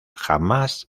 jamás